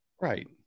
Right